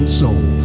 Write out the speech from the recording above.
soul